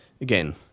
again